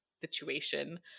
situation